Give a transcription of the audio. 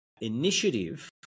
initiative